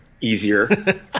easier